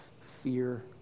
fear